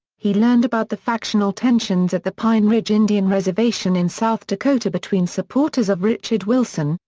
he learned about the factional tensions at the pine ridge indian reservation in south dakota between supporters of richard wilson,